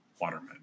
Waterman